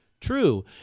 true